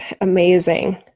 amazing